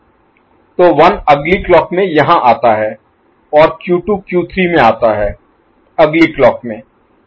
तो 1 अगली क्लॉक में यहाँ आता है और Q2 Q3 में आता है अगली क्लॉक में